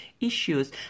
issues